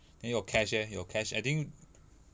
then your cash eh your cash I think